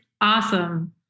awesome